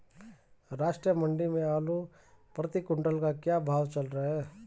राष्ट्रीय मंडी में आलू प्रति कुन्तल का क्या भाव चल रहा है?